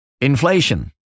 inflation